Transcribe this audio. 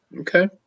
Okay